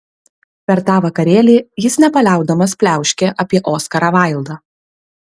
per tą vakarėlį jis nepaliaudamas pliauškė apie oskarą vaildą